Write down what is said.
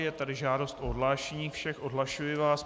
Je tady žádost o odhlášení všech, odhlašuji vás.